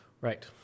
Right